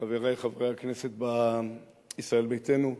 לחברי חברי הכנסת בישראל ביתנו,